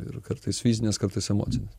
ir kartais fizinės kartais emocinės